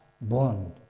bond